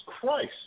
Christ